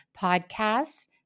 podcasts